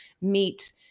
meet